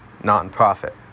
Nonprofit